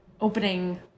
opening